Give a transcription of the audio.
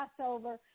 Passover